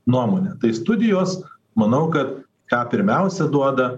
nuomonę tai studijos manau kad ką pirmiausia duoda